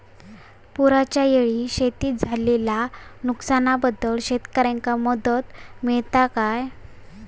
पुराच्यायेळी शेतीत झालेल्या नुकसनाबद्दल शेतकऱ्यांका मदत मिळता काय?